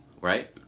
right